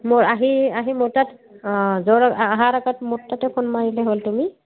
মোৰ আহি আহি মোৰ তাত অঁ যোৱাৰ অহাৰ আগত মোৰ তাতে ফোন মাৰিলে হ'ল তুমি